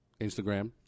Instagram